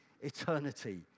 eternity